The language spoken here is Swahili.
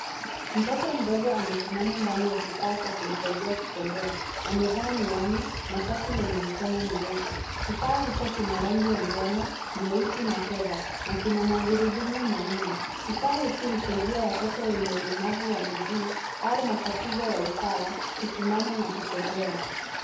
Mtoto mdogo amesimama ndani ya kifua cha kumsaidia kumtembea. Amevaa miwani na sharti lenye mikono mirefu. Kifaa hicho kina rangi ya njano, nyeusi na fedha na kina magurudumu manne. Kifaa hiki husaidia watoto wenye ulemavu wa miguu au matatizo ya usawa kusimama na kutembea.